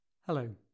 Hello